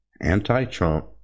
anti-Trump